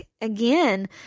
again